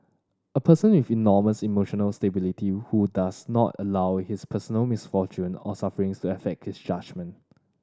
a person with enormous emotional stability who does not allow his personal misfortune or sufferings to affect his judgement